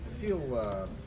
feel